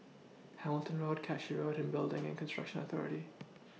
Hamilton Road Cashew Road and Building and Construction Authority